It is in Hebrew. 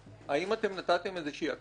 האם נתתם הקצאה